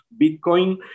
Bitcoin